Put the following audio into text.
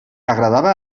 agradava